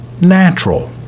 natural